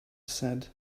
said